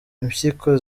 impyiko